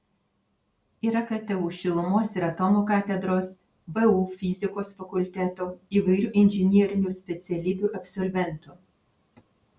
yra ktu šilumos ir atomo katedros vu fizikos fakulteto įvairių inžinerinių specialybių absolventų